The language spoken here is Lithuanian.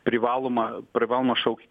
privalomą privalomą šauk